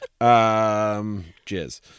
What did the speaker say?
Jizz